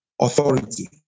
authority